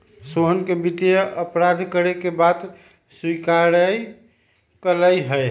सोहना ने वित्तीय अपराध करे के बात स्वीकार्य कइले है